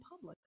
public